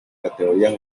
categorías